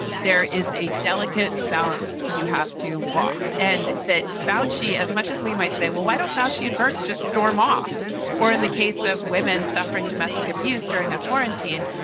there is a delicate balance. you have to walk. and that foushee, as much as we might say, well, why don't foushee and bourke's just storm off or in the case of women suffering domestic abuse during a quarantine.